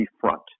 front